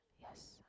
Yes